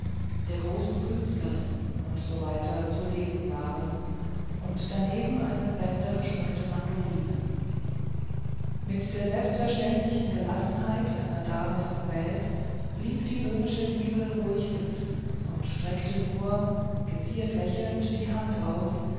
der großen künstlerin usw zu lesen waren und daneben eine bändergeschmückte mandoline mit der selbstverständlichen gelassenheit einer dame von welt blieb die böhmische liesel ruhig sitzen und streckte nur geziert lächelnd die hand aus